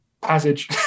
passage